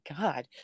god